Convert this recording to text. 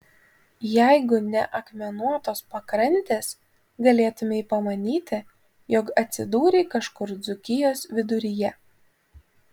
jeigu ne akmenuotos pakrantės galėtumei pamanyti jog atsidūrei kažkur dzūkijos viduryje